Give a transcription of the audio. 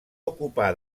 ocupar